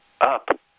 up